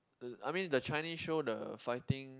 I mean the Chinese show the fighting